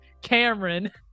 Cameron